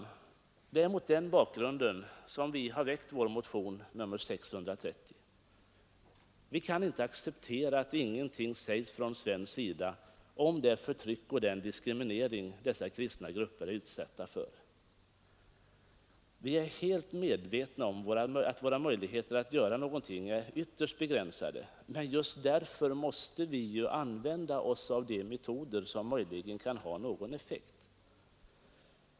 Det är mot den bakgrunden som vi har väckt vår motion nr 630. Vi kan inte acceptera att ingenting sägs från svensk sida om det förtryck och den diskriminering dessa kristna grupper är utsatta för. Vi är helt medvetna om att våra möjligheter att göra någonting är ytterst begränsade. Men just därför måste vi ju använda de metoder som möjligen kan ha någon effekt.